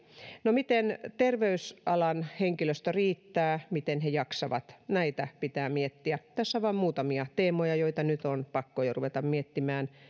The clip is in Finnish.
no sitä miten terveysalan henkilöstö riittää miten he jaksavat pitää miettiä tässä vain muutamia teemoja joita nyt on pakko jo ruveta miettimään